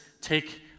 take